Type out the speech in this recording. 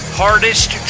hardest